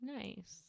Nice